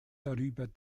darüber